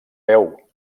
veu